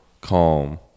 calm